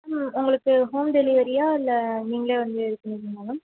ma'am உங்களுக்கு home டெலிவெரியா இல்லை நீங்களே வந்து எடுத்துக்க முடியுமா மேம்